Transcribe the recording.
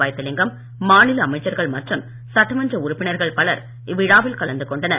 வைத்திலிங்கம் மாநில அமைச்சர்கள் மற்றும் சட்டமன்ற உறுப்பினர்கள் பலர் இவ்விழாவில் கலந்து கொண்டனர்